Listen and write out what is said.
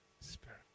Spirit